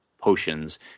potions